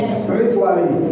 spiritually